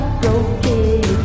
broken